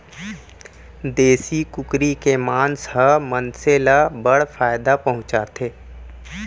देसी कुकरी के मांस ह मनसे ल बड़ फायदा पहुंचाथे